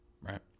right